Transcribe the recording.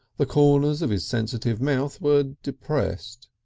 the corners of his sensitive mouth were depressed.